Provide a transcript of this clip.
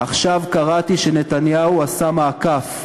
עכשיו קראתי שנתניהו עשה מעקף,